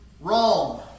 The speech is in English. wrong